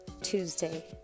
Tuesday